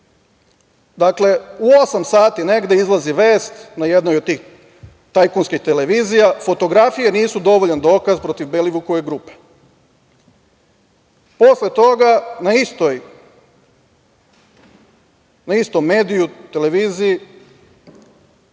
u osam sati negde izlazi vest na jednoj od tih tajkunskih televizija – fotografije nisu dovoljan dokaz protiv Belivukove grupe. Posle toga na istom mediju, televiziji